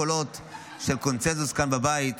קולות של קונסנזוס כאן בבית,